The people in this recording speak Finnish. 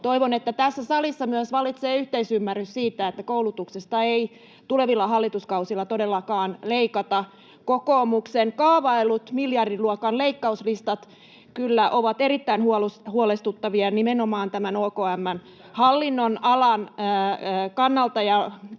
Toivon, että tässä salissa vallitsee yhteisymmärrys myös siitä, että koulutuksesta ei tulevilla hallituskausilla todellakaan leikata. Kokoomuksen kaavaillut miljardiluokan leikkauslistat ovat kyllä erittäin huolestuttavia [Timo Heinonen: